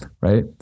right